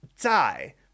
die